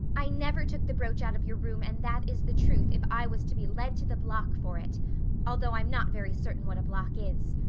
i never took the brooch out of your room and that is the truth, if i was to be led to the block for it although i'm not very certain what a block is.